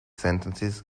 sentences